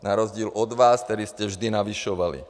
Na rozdíl od vás, kteří jste vždy navyšovali.